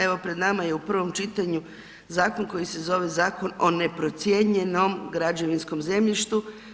Evo, pred nama je u prvom čitanju zakon koji se zove Zakon o neprocijenjenom građevinskom zemljištu.